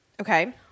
Okay